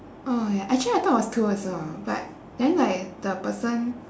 oh ya actually I thought it was two also but then like the person